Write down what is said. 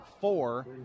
four